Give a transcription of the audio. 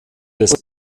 des